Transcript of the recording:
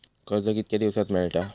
कर्ज कितक्या दिवसात मेळता?